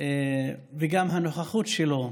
וגם הנוכחות שלו,